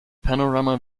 panorama